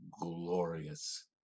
glorious